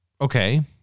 okay